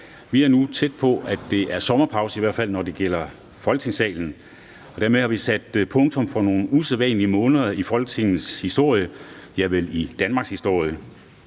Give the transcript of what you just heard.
Vi er nu tæt på, at det er sommerpause, i hvert fald når det gælder Folketingssalen, og dermed har vi sat punktum for nogle usædvanlige måneder i Folketingets historie, ja, vel i Danmarks historie.